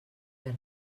més